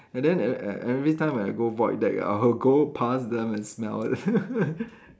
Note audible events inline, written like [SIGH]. and then e~ e~ everytime when I go void deck I will go pass them and smell it [LAUGHS]